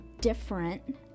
different